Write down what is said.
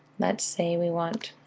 let's say we want